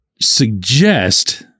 suggest